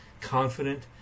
confident